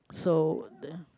so the